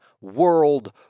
World